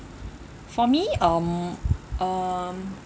for me um um